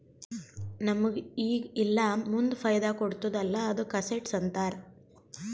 ನಮುಗ್ ಈಗ ಇಲ್ಲಾ ಮುಂದ್ ಫೈದಾ ಕೊಡ್ತುದ್ ಅಲ್ಲಾ ಅದ್ದುಕ ಅಸೆಟ್ಸ್ ಅಂತಾರ್